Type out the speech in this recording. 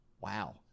Wow